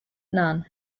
nun